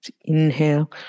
Inhale